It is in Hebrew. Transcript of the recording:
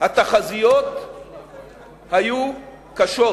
התחזיות היו קשות,